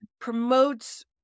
promotes